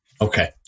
Okay